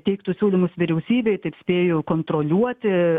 teiktų siūlymus vyriausybei taip spėju kontroliuoti